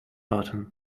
button